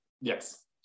Yes